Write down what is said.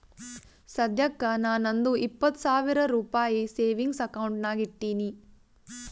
ಸದ್ಯಕ್ಕ ನಾ ನಂದು ಇಪ್ಪತ್ ಸಾವಿರ ರುಪಾಯಿ ಸೇವಿಂಗ್ಸ್ ಅಕೌಂಟ್ ನಾಗ್ ಇಟ್ಟೀನಿ